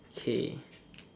okay